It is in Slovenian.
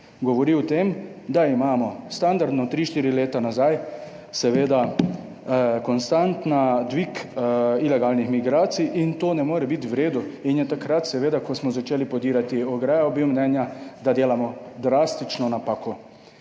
Govori o tem, da imamo standardno tri, štiri leta nazaj, seveda konstantna dvig ilegalnih migracij in to ne more biti v redu in je takrat seveda, ko smo začeli podirati ograjo, bil mnenja, da delamo drastično napako